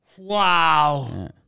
Wow